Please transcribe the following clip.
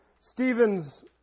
Stephen's